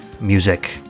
music